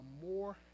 more